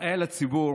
ומראה לציבור